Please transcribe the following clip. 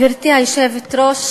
גברתי היושבת-ראש,